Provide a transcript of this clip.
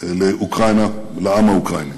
לאוקראינה ולעם האוקראיני.